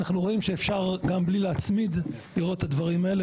אנחנו רואים שאפשר גם בלי להצמיד לראות את הדברים האלה.